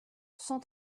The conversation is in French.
cent